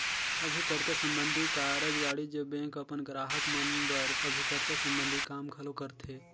अभिकर्ता संबंधी कारज वाणिज्य बेंक अपन गराहक मन बर अभिकर्ता संबंधी काम घलो करथे